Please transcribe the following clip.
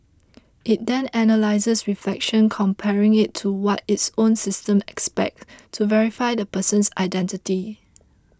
it then analyses reflection comparing it to what its own system expects to verify the person's identity